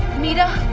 meera!